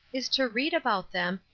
is to read about them,